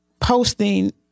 posting